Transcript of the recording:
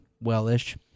well-ish